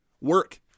Work